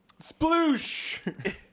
sploosh